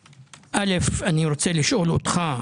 אל"ף אני רוצה לשאול אותך,